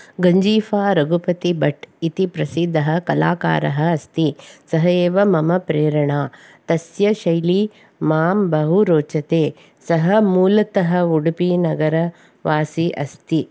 गञ्जीफ़ा रघुपतिभट् इति प्रसिद्धः कलाकारः अस्ति सः एव मम प्रेरणा तस्य शैली मां बहु रोचते सः मूलतः उडुपिनगरवासि अस्ति